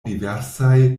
diversaj